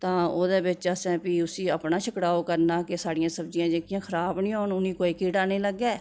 तां ओह्दे बिच्च फ्ही असें अपना छिकड़ाओ करना कि साढ़ियां सब्ज़ियां खराब नी होन उनेंंगी कोई कीड़ा नी लग्गै